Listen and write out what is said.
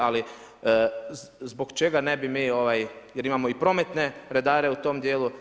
Ali zbog čega ne bi mi jer imamo i prometne redare u tom dijelu.